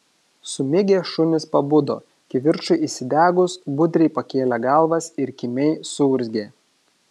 sumigę šunys pabudo kivirčui įsidegus budriai pakėlė galvas ir kimiai suurzgė